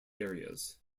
areas